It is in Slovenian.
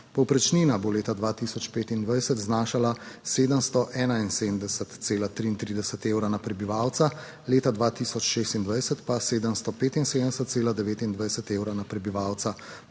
Povprečnina bo leta 2025 znašala 771,33 evra na prebivalca, leta 2026 pa 775,29 evra na prebivalca.